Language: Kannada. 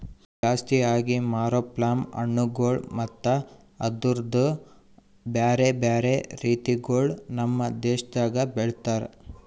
ಜಾಸ್ತಿ ಆಗಿ ಮಾರೋ ಪ್ಲಮ್ ಹಣ್ಣುಗೊಳ್ ಮತ್ತ ಅದುರ್ದು ಬ್ಯಾರೆ ಬ್ಯಾರೆ ರೀತಿಗೊಳ್ ನಮ್ ದೇಶದಾಗ್ ಬೆಳಿತಾರ್